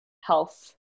health